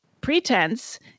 pretense